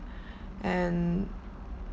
and